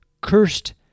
Cursed